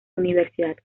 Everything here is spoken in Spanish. universidad